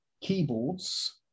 keyboards